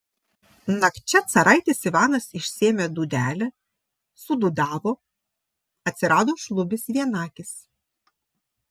nakčia caraitis ivanas išsiėmė dūdelę sudūdavo atsirado šlubis vienakis